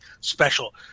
special